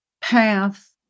path